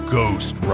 Ghost